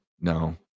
no